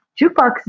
Jukebox